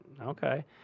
Okay